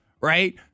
Right